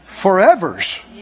Forevers